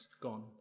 gone